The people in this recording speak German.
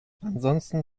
ansonsten